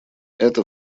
это